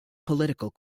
political